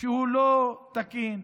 לא תקין,